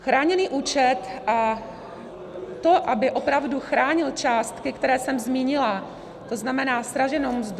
Chráněný účet a to, aby opravdu chránil částky, které jsem zmínila, to znamená, sraženou mzdu